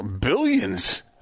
billions